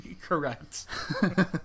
Correct